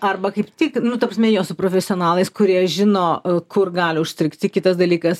arba kaip tik nu ta prasme jie su profesionalais kurie žino kur gali užstrigti kitas dalykas